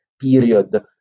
period